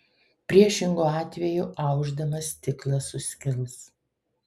priešingu atveju aušdamas stiklas suskils